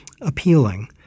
appealing